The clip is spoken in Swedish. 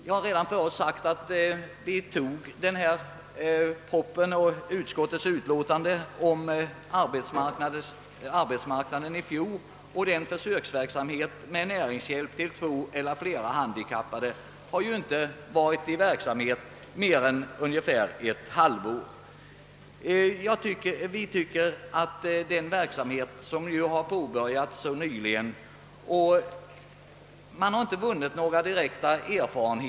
Jag har redan förut nämnt att vi biföll propositionen i fjol, och försöksverksamheten med näringshjälp till två eller flera handikappade har inte pågått mer än ungefär ett halvår. Man har inte vunnit några direkta erfarenheter av denna verksamhet som har igångsatts så nyligen.